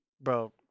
bro